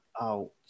out